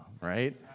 right